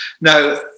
Now